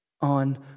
on